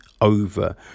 over